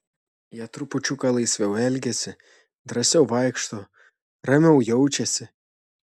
jie trupučiuką laisviau elgiasi drąsiau vaikšto ramiau jaučiasi